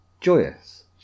joyous